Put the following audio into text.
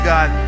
God